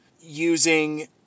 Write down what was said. using